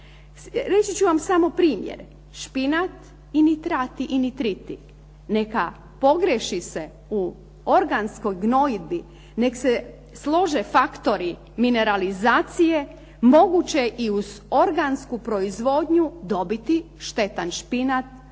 Reći ću vam samo primjer, špinat i nitrati i nitriti. Neka pogriješi se u organskom gnojidbi, nek' se slože faktori mineralizacije, moguće je i uz organsku proizvodnju dobiti štetan špinat,